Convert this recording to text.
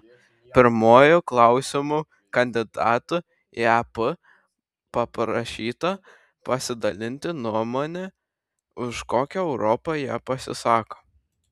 pirmuoju klausimu kandidatų į ep paprašyta pasidalinti nuomone už kokią europą jie pasisako